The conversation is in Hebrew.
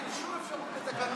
אין לך שום אפשרות לפי התקנון.